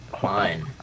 fine